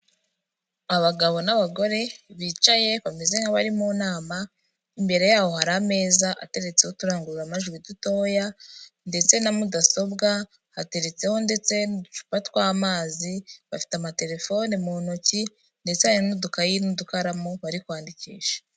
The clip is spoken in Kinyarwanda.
Abagabo n'abagore bicaye, bameze nk'abari mu nama, imbere yaho hari ameza ateretseho uturangururamajwi dutoya ndetse na mudasobwa, hateretseho ndetse n'uducupa tw'amazi, bafite amaterefoni mu ntoki ndetse hari n'udukayi n'udukaramu bari kwandikisha.